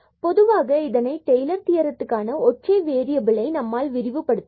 மற்றும் பொதுவாக இதனை டெய்லர் தியரத்திற்கான ஒற்றை வேறியபில்களை நம்மால் விரிவு படுத்த இயலும்